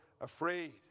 afraid